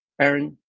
Aaron